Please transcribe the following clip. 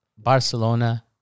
Barcelona